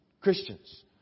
Christians